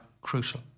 crucial